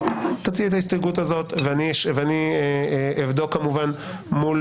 תציע את ההסתייגות הזאת ואני אבדוק כמובן מול